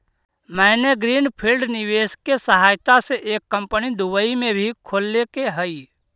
मैंने green field निवेश के सहायता से एक कंपनी दुबई में भी खोल लेके हइ